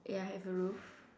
ya have a roof